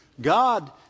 God